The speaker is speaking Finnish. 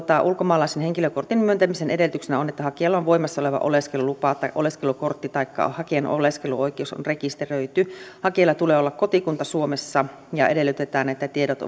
ulkomaalaisen henkilökortin myöntämisen edellytyksenä on että hakijalla on voimassa oleva oleskelulupa tai oleskelukortti taikka hakijan oleskeluoikeus on rekisteröity hakijalla tulee olla kotikunta suomessa ja edellytetään että tiedot